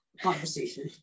conversation